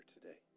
today